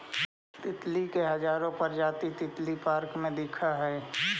तितली के हजारो प्रजाति तितली पार्क में दिखऽ हइ